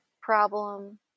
problem